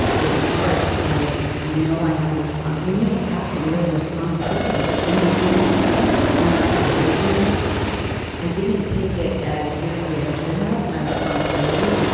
was hard because i know i have. when you have a platform you have a responsibility. and i didn't own up to it. i didn't i didn't take it as seriously as i should have, my responsibility.